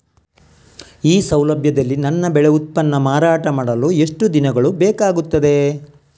ಈ ಸೌಲಭ್ಯದಲ್ಲಿ ನನ್ನ ಬೆಳೆ ಉತ್ಪನ್ನ ಮಾರಾಟ ಮಾಡಲು ಎಷ್ಟು ದಿನಗಳು ಬೇಕಾಗುತ್ತದೆ?